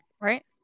Right